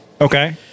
Okay